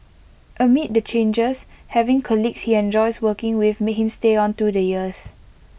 amid the changes having colleagues he enjoys working with made him stay on through the years